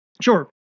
Sure